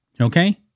okay